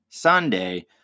Sunday